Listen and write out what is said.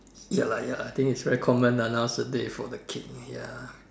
ya lah ya lah I think it's very common lah nowadays for the kids ya